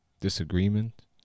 disagreement